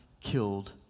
killed